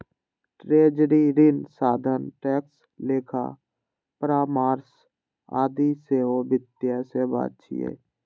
treasury, ऋण साधन, tax, लेखा परामर्श आदि सेहो वित्तीय सेवा छियै